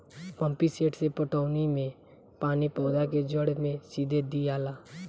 pump set से पटौनी मे पानी पौधा के जड़ मे सीधे दियाला